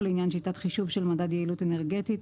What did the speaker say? לעניין שיטת חישוב של מדד יעילות אנרגטית